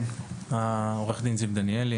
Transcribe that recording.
עורך דין זיו דניאלי,